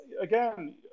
again